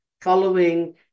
following